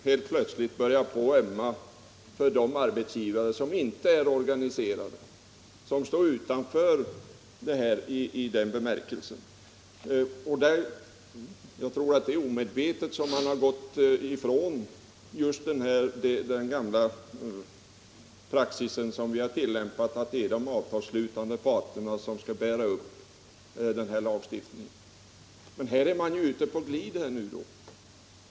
Helt plötsligt börjar ni ömma för de arbetsgivare som inte är organiserade, som står utanför i den bemärkelsen. Jag tror att det är omedvetet som man har gått ifrån den gamla praxis som vi har tillämpat — att det är de avtalsslutande parterna som skall bära upp denna lagstiftning. Här är man ute på glid.